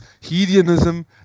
hedonism